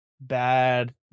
bad